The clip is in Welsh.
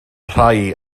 rhai